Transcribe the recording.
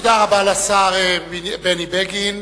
תודה רבה לשר בני בגין.